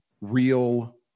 real